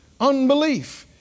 Unbelief